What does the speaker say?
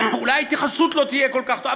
אולי ההתייחסות לא תהיה כל כך טובה,